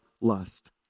lust